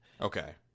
Okay